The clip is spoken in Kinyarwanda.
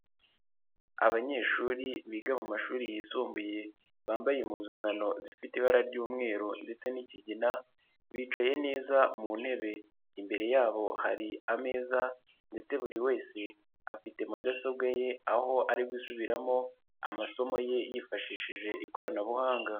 Abanyeshuri biga mu mashuri yisumbuye, bambaye impuzankano zifite ibara ry'umweru ndetse n'kigina bicaye neza mu ntebe, imbere yabo hari ameza ndetse buri wese afite mudasobwa ye aho ari gusubiramo amasomo ye yifashishije ikoranabuhanga.